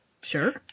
sure